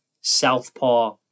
southpaw